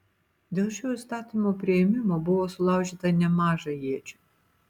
dėl šio įstatymo priėmimo buvo sulaužyta nemaža iečių